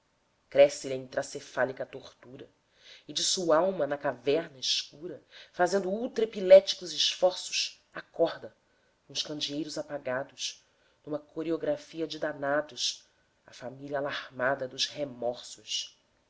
cresce lhe a intracefálica tortura e de sualma na caverna escura fazendo ultra epiléticos esforços acorda com os candeeiros apagados numa coreografia de danados a família alarmada dos remorsos